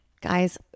Guys